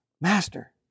Master